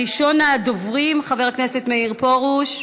ראשון הדוברים, חבר הכנסת מאיר פרוש,